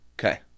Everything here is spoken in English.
Okay